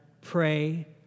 pray